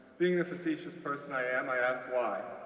being the facetious person i am, i asked why.